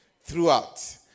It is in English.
throughout